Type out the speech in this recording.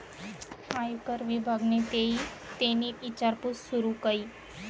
आयकर विभागनि तेनी ईचारपूस सूरू कई